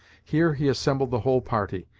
here he assembled the whole party,